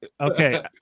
Okay